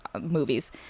movies